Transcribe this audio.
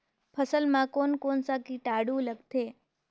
फसल मा कोन कोन सा कीटाणु लगथे?